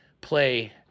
play